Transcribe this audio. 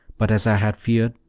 but, as i had feared,